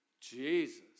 Jesus